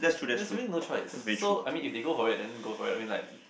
there is really no choice so I mean if they go for it then go for it I mean like